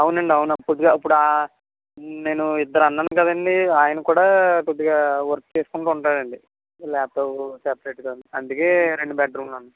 అవునండి అవునండి కొద్దిగా ఇప్పుడు నేను ఇద్దరు అన్నాను కదండి ఆయన కూడా కొద్దిగా వర్క్ చేసుకుంటు ఉంటాడండి ల్యాప్టాప్ సపరేటుగా అందుకు రెండు బెడ్రూమ్లు అన్నాను